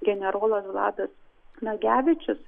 generolas vladas nagevičius